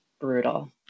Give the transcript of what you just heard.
brutal